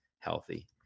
Healthy